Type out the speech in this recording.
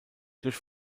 durch